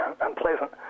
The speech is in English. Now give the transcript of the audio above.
unpleasant